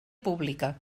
pública